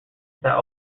that